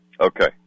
Okay